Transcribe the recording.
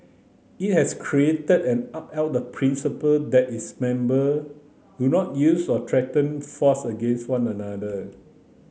it has created and upheld the principle that its member do not use or threaten force against one another